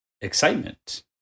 excitement